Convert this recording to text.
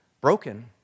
broken